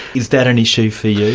is that an issue for you,